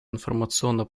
информационно